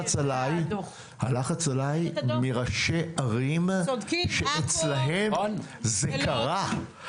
הלחץ עליי הוא מראש ערים שאצלם זה קרה.